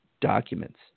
documents